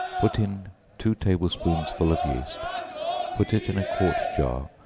put in two table-spoonsful of yeast put it in a quart jar,